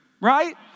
right